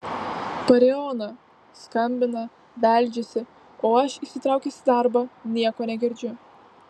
parėjo ona skambina beldžiasi o aš įsitraukęs į darbą nieko negirdžiu